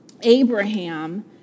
Abraham